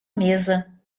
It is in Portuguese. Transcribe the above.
mesa